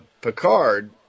Picard